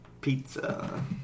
Pizza